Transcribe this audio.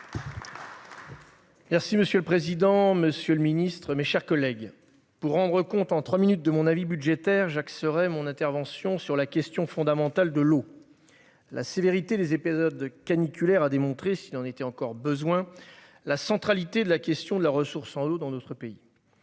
avis. Monsieur le président, monsieur le ministre, mes chers collègues, pour présenter en trois minutes mon avis budgétaire, j'axerai mon intervention sur la question fondamentale de l'eau. En effet, la sévérité des épisodes caniculaires a démontré, s'il en était encore besoin, la centralité de la question de la ressource en eau dans notre pays.